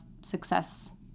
success